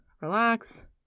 relax